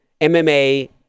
MMA